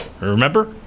Remember